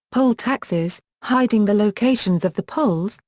poll taxes, hiding the locations of the polls,